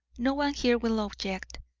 no one here will object.